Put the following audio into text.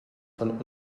von